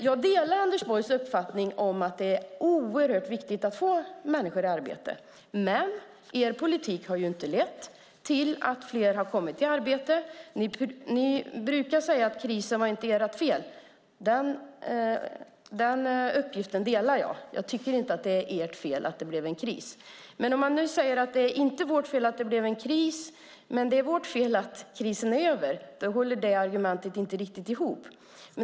Jag delar Anders Borgs uppfattning att det är oerhört viktigt att få människor i arbete. Men er politik har inte lett till att fler har kommit i arbete. Ni brukar säga att krisen inte var ert fel. Den uppfattningen delar jag; jag tycker inte att det var ert fel att det blev en kris. Men om man nu säger att det inte är ert fel att det blev en kris men att det är ert "fel" att krisen är över håller argumenten inte riktigt ihop.